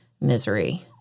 misery